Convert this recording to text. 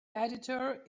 editor